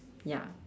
ya